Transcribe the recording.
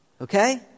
Okay